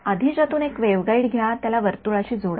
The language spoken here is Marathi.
आधीच्यातून एक वेव्हगाईड घ्या त्याला वर्तुळाशी जोडा